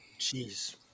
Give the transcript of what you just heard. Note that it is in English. Jeez